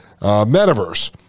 metaverse